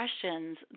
questions